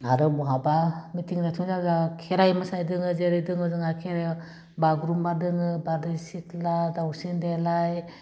आरो बहाबा मिटिं दावथिं जाबा खेराइ मोसानाय दङ जेरै दङ जोंहा खेरायाव बागुम्बा दङो बारदै सिख्ला दावस्रि देलाइ